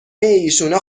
ایشونا